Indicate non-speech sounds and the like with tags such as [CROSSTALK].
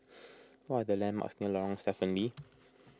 [NOISE] what are the landmarks near Lorong Stephen Lee [NOISE]